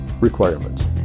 requirements